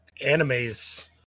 animes